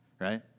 right